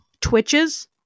Twitches